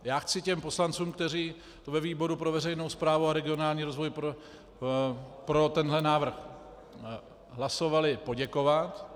Já chci těm poslancům, kteří ve výboru pro veřejnou správu a regionální rozvoj pro tento návrh hlasovali, poděkovat.